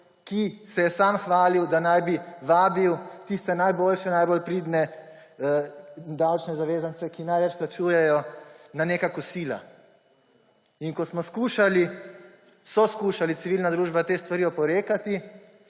ki se je sam hvalil, da naj bi vabil tiste najboljše, najbolj pridne davčne zavezance, ki največ plačujejo, na neka kosila. In ko smo skušali, je skušala civilna družba tem stvarem oporekati,